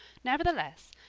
nevertheless,